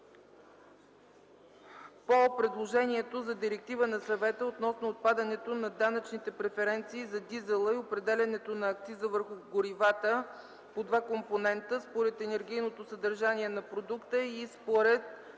по предложението за директива на Съвета относно отпадането на данъчните преференции за дизела и определянето на акциза върху горивата по два компонента – според енергийното съдържание на продукта и според